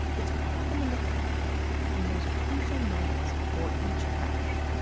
it's happened in the cockpit in those crucial moments before each crash.